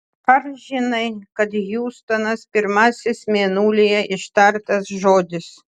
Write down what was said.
ar žinai kad hjustonas pirmasis mėnulyje ištartas žodis